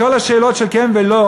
כל השאלות של כן ולא,